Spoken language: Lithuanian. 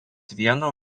vieno